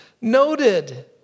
noted